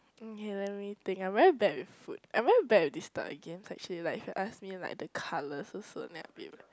okay let me think I'm very bad with food I'm very bad with this type of games actually like if you ask me like the colours also then I'll be bad